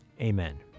Amen